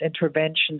interventions